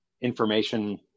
information